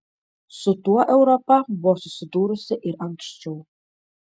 su tuo europa buvo susidūrusi ir anksčiau